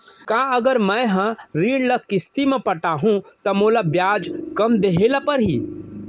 का अगर मैं हा ऋण ल किस्ती म पटाहूँ त मोला ब्याज कम देहे ल परही?